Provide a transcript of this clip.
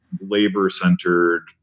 labor-centered